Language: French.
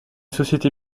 société